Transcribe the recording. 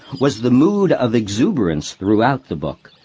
was the mood of exuberance throughout the book,